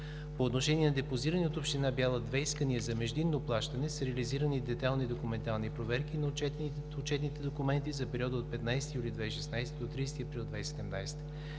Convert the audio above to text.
По отношение на депозирани от община Бяла две искания за междинно плащане са реализирани и детайлни документални проверки на отчетните документи за периода от 15 юли 2016 г. до 30 април 2017